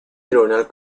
tribunal